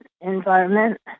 environment